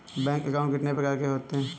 Bank account कितने प्रकार के होते हैं?